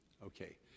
Okay